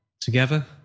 together